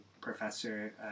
professor